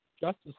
Justice